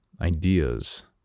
ideas